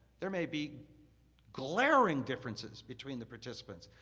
there may be glaring differences between the participants,